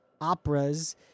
operas